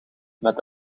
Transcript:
met